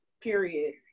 period